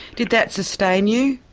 did that sustain you,